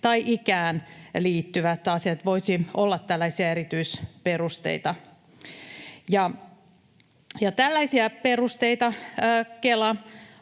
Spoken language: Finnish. tai ikään liittyvät asiat voisivat olla tällaisia erityisperusteita. Tällaisia perusteita Kela on